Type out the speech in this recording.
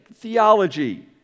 theology